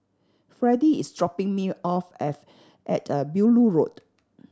freddy is dropping me off at a Beaulieu Road